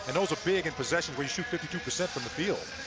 and those are big in possessions when you shoot fifty two percent from the field.